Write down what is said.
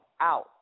out